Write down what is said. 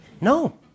No